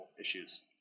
issues